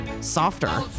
softer